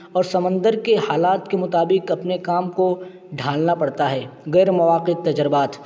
اور سمندر کے حالات کے مطابق اپنے کام کو ڈھالنا پڑتا ہے غیر متوقع تجربات